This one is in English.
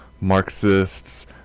Marxists